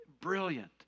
brilliant